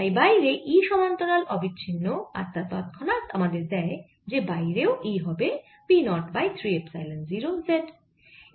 তাই বাইরে E সমান্তরাল অবিচ্ছিন্ন আর তা তৎক্ষণাৎ আমাদের দের দেয় যে বাইরেও E হবে P 0 বাই 3 এপসাইলন 0 z